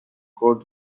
کورت